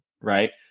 right